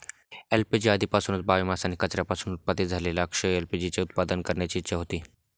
LPG आधीपासूनच biomass आणि कचऱ्यापासून उत्पादित झालेल्या अक्षय एल.पी.जी चे उत्पादन करण्याची इच्छा होती